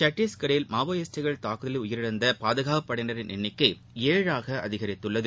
சத்தீஸ்கரில் மாவோயிஸ்ட்டுகள் தாக்குதலில் உயிரிழந்த பாதுகாப்பு படையினரின் எண்ணிக்கை ஏழாக அதிகரித்துள்ளது